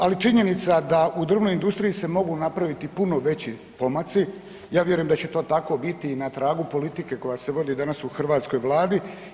Ali činjenica da u drvnoj industriji se mogu napraviti puno veći pomaci, ja vjerujem da će to tako biti i na tragu politike koja se vodi danas u hrvatskoj Vladi.